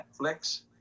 Netflix